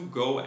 go